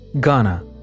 Ghana